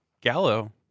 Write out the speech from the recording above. Gallo